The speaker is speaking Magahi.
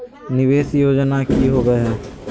निवेस योजना की होवे है?